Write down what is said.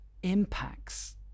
impacts